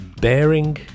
Bearing